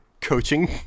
coaching